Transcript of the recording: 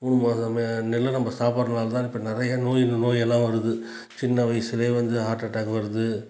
மூணு மாத நெல் நம்ம சாப்பாடுறதனாலதான் இப்போ நிறைய நோய் நோய் எல்லாம் வருது சின்ன வயசிலே வந்து ஹார்ட்டட்டாக் வருது